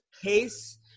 case